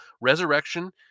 Resurrection